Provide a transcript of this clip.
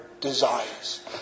desires